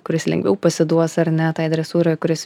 kuris lengviau pasiduos ar ne tai dresūra o kuris